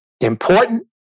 important